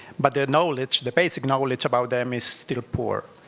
but the knowledge, the basic knowledge about them is still poor.